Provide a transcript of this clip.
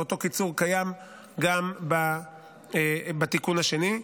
ואותו קיצור קיים גם בתיקן השני,